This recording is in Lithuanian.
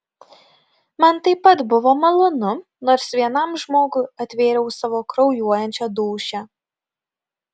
man taip pat buvo malonu nors vienam žmogui atvėriau savo kraujuojančią dūšią